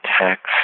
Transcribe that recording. text